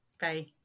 Bye